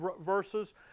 verses